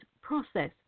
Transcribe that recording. process